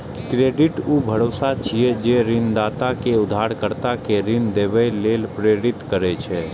credit ऊ भरोसा छियै, जे ऋणदाता कें उधारकर्ता कें ऋण देबय लेल प्रेरित करै छै